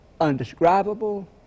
undescribable